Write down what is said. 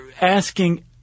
asking